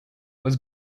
was